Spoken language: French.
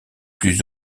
plus